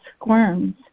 squirms